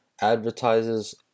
advertises